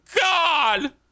God